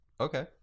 Okay